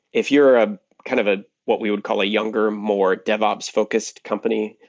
if you're ah kind of ah what we would call a younger, more devops focused company,